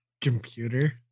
Computer